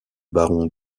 baron